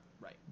Right